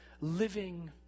living